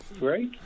Right